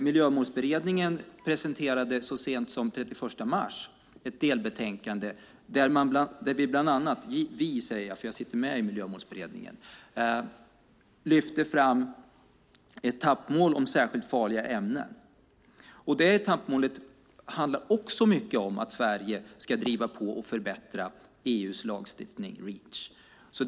Miljömålsberedningen presenterade så sent som den 31 mars ett delbetänkande där vi - jag säger vi eftersom jag sitter med i Miljömålsberedningen - bland annat lyfte fram ett etappmål om särskilt farliga ämnen. Det etappmålet handlar också mycket om att Sverige ska driva på och förbättra EU:s lagstiftning Reach.